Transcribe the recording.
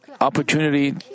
opportunity